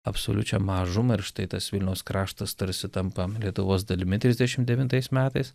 absoliučią mažumą ir štai tas vilniaus kraštas tarsi tampa lietuvos dalimi trisdešimt devintais metais